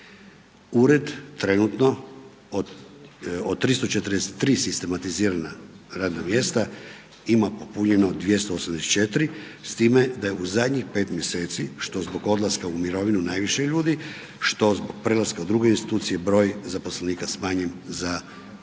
Ured trenutno od 343 sistematizirana radna mjesta ima popunjeno 284 s time da je u zadnjih 5 mjeseci što zbog odlaska u mirovinu najviše ljudi, što zbog prelaska u druge institucije broj zaposlenika smanjen za 19-toro.